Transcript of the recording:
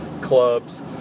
clubs